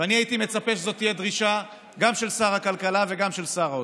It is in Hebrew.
ואני הייתי מצפה שזו תהיה דרישה גם של שר הכלכלה וגם של שר האוצר.